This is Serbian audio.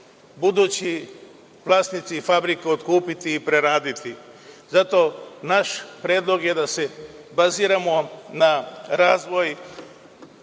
budući vlasnici fabrika otkupiti i preraditi. Zato je naš predlog da se baziramo na razvoj